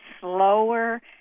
slower